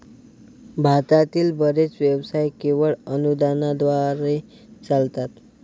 भारतातील बरेच व्यवसाय केवळ अनुदानाद्वारे चालतात